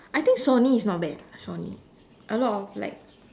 I think Sony is not bad Sony a lot of like